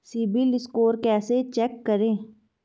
CIBIL score कैसे check करें?